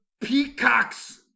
peacocks